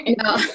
No